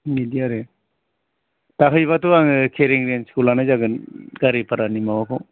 बिदि आरो दा हैबाथ' आङो खेरिं रेन्जखौ लानाय जागोन गारि भारानि माबाखौ